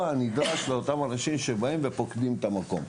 הנדרש לאותם אנשים שבאים ופוקדים את המקום.